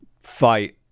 fight